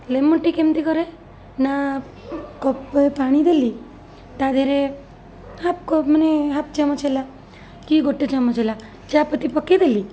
lemon tea କେମିତି କରେ ନା କପ୍ ପାଣି ଦେଲି ତା'ଦେହରେ ହାଫ୍ କପ୍ ମାନେ ହାଫ୍ ଚାମଚ ହେଲା କି ଗୋଟେ ଚାମଚ ହେଲା ଚା'ପତି ପକାଇଦେଲି